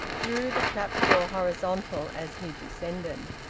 drew the trap-door horizontal as he descended.